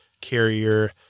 carrier